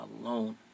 alone